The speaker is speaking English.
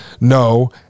no